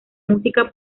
música